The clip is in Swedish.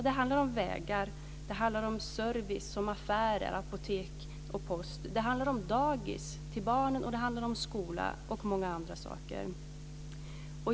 Det handlar om vägar, om service, om affärer, om apotek, om post, om dagis till barnen, om skola och om många andra saker.